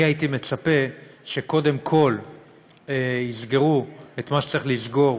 אני הייתי מצפה שקודם כול יסגרו את מה שצריך לסגור